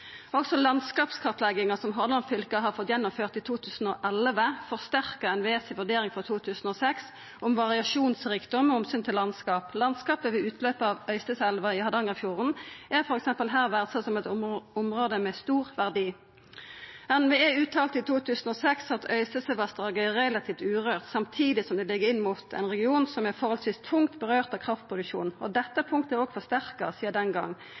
Også landskapskartlegginga som Hordaland fylke fekk gjennomført i 2011, forsterka NVE si vurdering frå 2006 om «variasjonsrikdom» med omsyn til landskap. Landskapet ved utløpet av Øysteseelva i Hardangerfjorden er f.eks. her verdsett som eit område med stor verdi. NVE uttalte i 2006 at Øystesevassdraget er «relativt urørt, samtidig som det ligger inn mot en region som er forholdsvis tungt berørt av kraftproduksjon». Dette punktet er òg forsterka sidan den